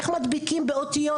איך מדביקים באותיות,